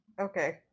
Okay